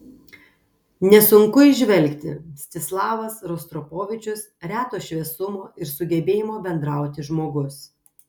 nesunku įžvelgti mstislavas rostropovičius reto šviesumo ir sugebėjimo bendrauti žmogus